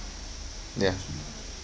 ya